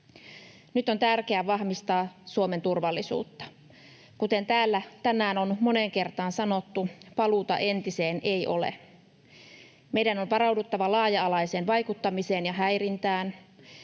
Nyt on tärkeää vahvistaa Suomen turvallisuutta. Kuten täällä tänään on moneen kertaan sanottu, paluuta entiseen ei ole. Meidän on varauduttava laaja-alaiseen vaikuttamiseen ja häirintään